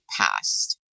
passed